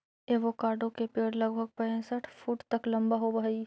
avocado के पेड़ लगभग पैंसठ फुट तक लंबा होब हई